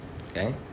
okay